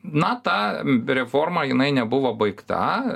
na tą reforma jinai nebuvo baigta